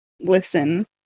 listen